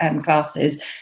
classes